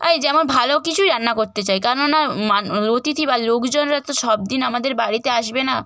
অয় যেমন ভালো কিছুই রান্না করতে চাই কেননা অতিথি বা লোকজনরা তো সব দিন আমাদের বাড়িতে আসবে না